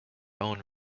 own